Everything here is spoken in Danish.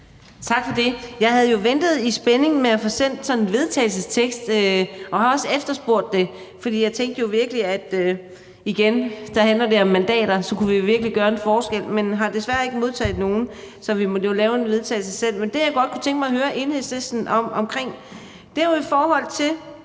Tak for det. Jeg havde jo ventet i spænding på at få tilsendt sådan en vedtagelsestekst, og jeg har også efterspurgt det, for jeg tænkte, at det igen jo handler om mandater, og så kunne vi virkelig gøre en forskel. Men vi har desværre ikke modtaget noget, så vi måtte jo selv lave en vedtagelse. Men det, jeg godt kunne tænke mig at høre Enhedslistens ordfører om, er jo i forhold til,